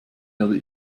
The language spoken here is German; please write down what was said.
werde